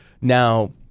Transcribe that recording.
Now